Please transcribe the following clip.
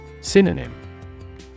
Synonym